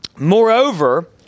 Moreover